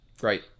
Great